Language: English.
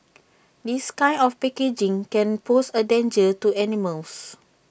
this kind of packaging can pose A danger to animals